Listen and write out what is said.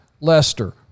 Lester